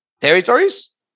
territories